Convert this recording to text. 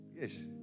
Yes